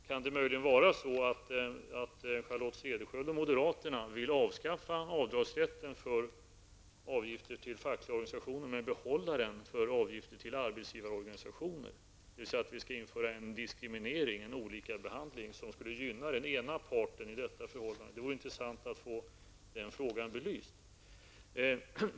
Kan det möjligen vara så att Charlotte Cederschiöld och moderaterna vill avskaffa avdragsrätten för avgifter till fackliga organisationer men behålla den för avgifter till arbetsgivarorganisationer, dvs. att vi skall införa en diskriminering, olika behandling, som skulle gynna den ena parten i detta förhållande? Det vore intressant att få den frågan belyst.